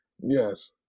Yes